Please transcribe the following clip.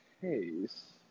case